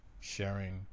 Sharing